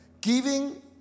Giving